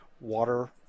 water